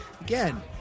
Again